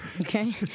Okay